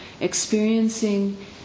experiencing